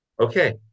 Okay